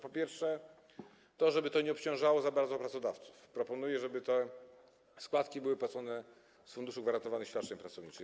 Po pierwsze, to, żeby to nie obciążało za bardzo pracodawców - proponuję, żeby te składki były płacone z Funduszu Gwarantowanych Świadczeń Pracowniczych.